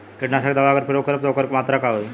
कीटनाशक दवा अगर प्रयोग करब त ओकर मात्रा का होई?